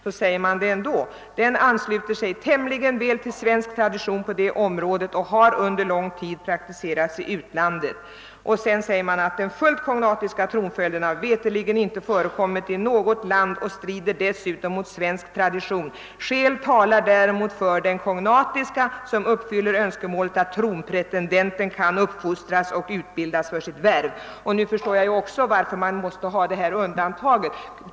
Och det heter i motionen om den kognatiska tronföljden: »Den ansluter sig tämligen väl till svensk tradition på detta område och har under lång tid praktiserats i utlandet. ——— Den fullt kognatiska tronföljden har veterligen inte förekommit i något land och strider dessutom mot svensk tradition. Skäl talar däremot för den kognatiska, som uppfyller önskemålet att tronpretendenten kan uppfostras och utbildas för sitt värv.» Nu förstår jag också varför man måste göra detta undantag.